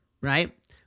right